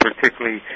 particularly